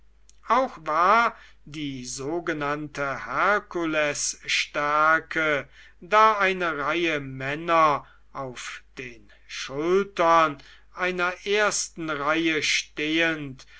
auch war die sogenannte herkulesstärke da eine reihe männer auf den schultern einer ersten reihe stehend